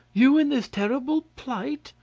you in this terrible plight!